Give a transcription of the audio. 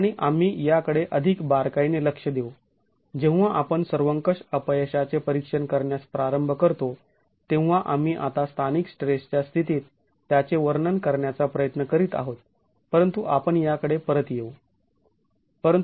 आणि आम्ही याकडे अधिक बारकाईने लक्ष देऊ जेव्हा आपण सर्वंकष अपयशाचे परीक्षण करण्यास प्रारंभ करतो तेव्हा आम्ही आता स्थानिक स्ट्रेसच्या स्थितीत त्याचे वर्णन करण्याचा प्रयत्न करीत आहोत परंतु आपण याकडे परत येऊ